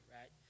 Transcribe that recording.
right